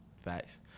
facts